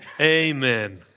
Amen